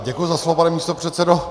Děkuji za slovo, pane místopředsedo.